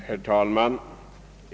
Herr talman!